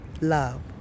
Love